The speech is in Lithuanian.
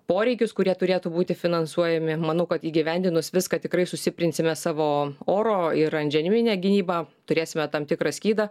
poreikius kurie turėtų būti finansuojami manau kad įgyvendinus viską tikrai sustiprinsime savo oro ir antžeminę gynybą turėsime tam tikrą skydą